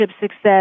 success